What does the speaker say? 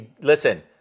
Listen